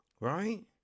right